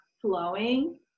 flowing